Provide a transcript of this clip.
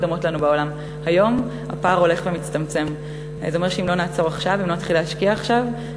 אם לא נדע להשקיע בחינוך,